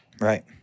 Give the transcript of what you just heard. Right